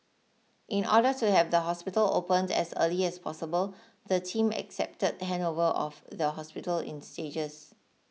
in order to have the hospital opened as early as possible the team accepted handover of the hospital in stages